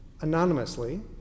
anonymously